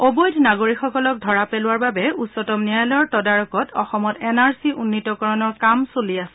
অবৈধ নাগৰিকসকলক ধৰা পেলোৱাৰ বাবে উচ্চতম ন্যায়ালয়ৰ তদাৰকত অসমত এন আৰ চি উন্নীতকৰণৰ কাম চলি আছে